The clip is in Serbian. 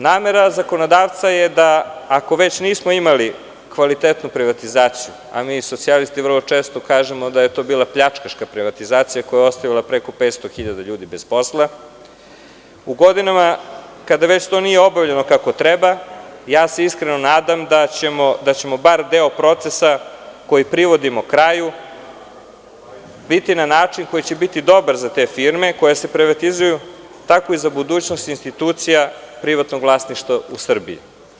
Namera zakonodavca je da ako već nismo imali kvalitetnu privatizaciju, a mi socijalisti vrlo često kažemo da je to bila pljačkaška privatizacija koja je ostavila preko 500 hiljada ljudi bez posla, u godinama kada već to nije obavljeno kako treba ja se iskreno nadam da ćemo bar deo procesa koji privodimo kraju, biti na način koji će biti dobar za te firme koje se privatizuju, tako i za budućnost institucija privatnog vlasništva u Srbiji.